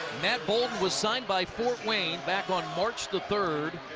matt bouldin was signed by fort wayne back on march the third,